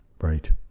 Right